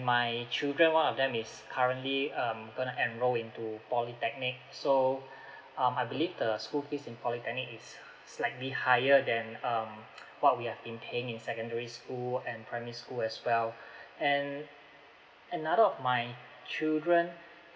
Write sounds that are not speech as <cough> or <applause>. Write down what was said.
my children one of them is currently um gonna enroll into polytechnic so um I believe the school fees in polytechnic is slightly higher than um <noise> what we have been paying in secondary school and primary school as well and another of my children